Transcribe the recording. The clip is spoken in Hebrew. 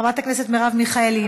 חברת הכנסת מרב מיכאלי,